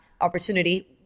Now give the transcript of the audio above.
opportunity